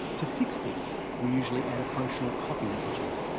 to fix this, we usually add a functional copy of the gene.